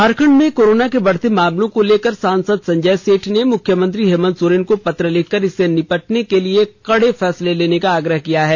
झारखण्ड में कोरोना के बढ़ते मामले को लेकर सांसद संजय सेठ ने मुख्यमंत्री हेमंत सोरेन को पत्र लिखकर इससे निबटने के लिए कड़े फैसले लेने का आग्रह किया है